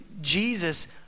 Jesus